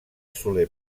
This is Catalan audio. soler